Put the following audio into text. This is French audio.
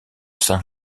saint